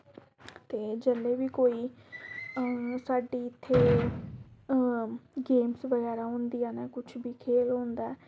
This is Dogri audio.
ते जेल्लै बी कोई साढ़ी इत्थै गेम्स बगैरा होंदियां न कुछ बी खेल होंदा ऐ